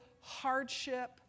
hardship